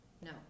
No